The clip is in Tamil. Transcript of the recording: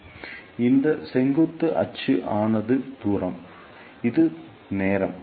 எனவே இந்த செங்குத்து அச்சு ஆனது தூரம் இது நேரம்